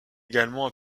également